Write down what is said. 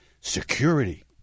security